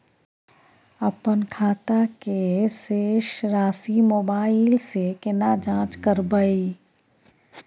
अपन खाता के शेस राशि मोबाइल से केना जाँच करबै?